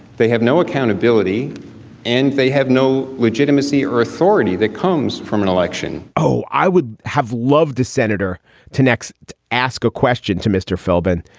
they have no accountability and they have no legitimacy or authority that comes from an election oh, i would have loved the senator to next ask a question to mr. philbin.